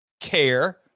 Care